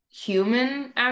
human